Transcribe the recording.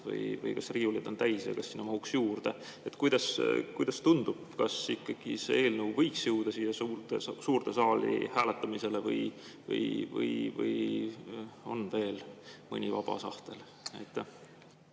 või kas riiulid on täis või kas sinna mahuks juurde? Kuidas tundub, kas see eelnõu võiks ikkagi jõuda siia suurde saali hääletamisele või ...? On veel mõni vaba sahtel?